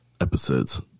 episodes